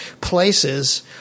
places